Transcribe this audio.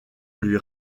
lui